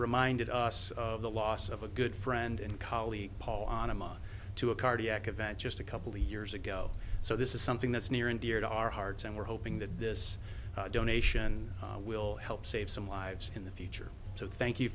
reminded us of the loss of a good friend and colleague paul on a month to a cardiac event just a couple of years ago so this is something that's near and dear to our hearts and we're hoping that this donation will help save some lives in the future so thank you